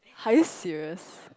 are you serious